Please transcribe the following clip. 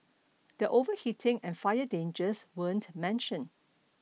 the overheating and fire dangers weren't mentioned